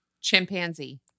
Chimpanzee